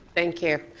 thank you.